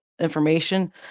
information